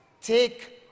take